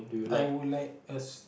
I would like us